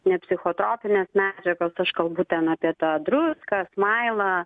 ne psichotropinės medžiagos aš kalbu ten apie tą druską smailą